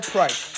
Price